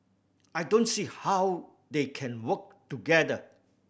I don't see how they can work together